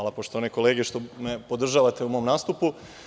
Hvala poštovane kolege što me podržavate u mom nastupu.